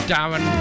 Darren